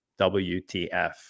wtf